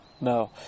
No